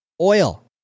oil